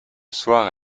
soir